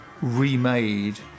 remade